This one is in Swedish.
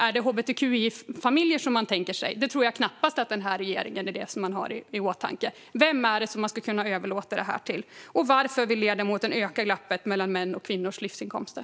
Är det hbtqi-familjer man tänker sig? Det tror jag knappast är vad den här regeringen har i åtanke. Vem är det som man ska kunna överlåta dagar till? Och varför vill ledamoten öka glappet mellan mäns och kvinnors livsinkomster?